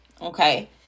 Okay